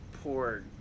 Poor